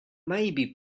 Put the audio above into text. maybe